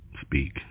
Speak